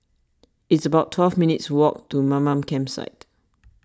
it's about twelve minutes' walk to Mamam Campsite